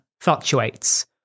fluctuates